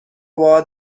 باهات